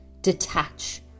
detach